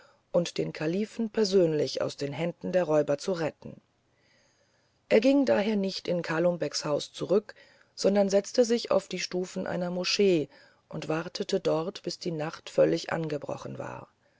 und den kalifen persönlich aus den händen der räuber zu retten er ging daher nicht in kalum becks haus zurück sondern setzte sich auf die stufen einer moschee und wartete dort bis die nacht völlig angebrochen war